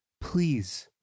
please